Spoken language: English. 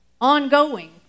ongoing